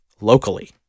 locally